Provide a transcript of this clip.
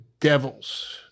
Devils